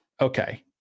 Okay